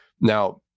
Now